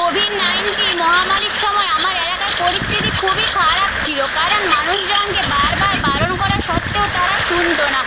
Covid nineteen মহামারীর সময় আমার এলাকার পরিস্থিতি খুবই খারাপ ছিল কারণ মানুষজনকে বারবার বারণ করা সত্ত্বেও তারা শুনত না